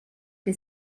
che